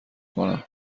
کنم